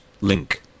link